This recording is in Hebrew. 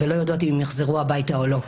ולא יודעות אם הם יחזרו הביתה או לא.